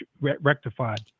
rectified